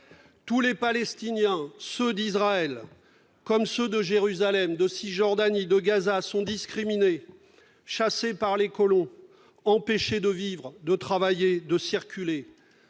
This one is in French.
Tous les Palestiniens, ceux d'Israël, comme ceux de Jérusalem, de Cisjordanie et de Gaza, sont discriminés, chassés par les colons, empêchés de vivre, de travailler et de circuler.